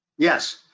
Yes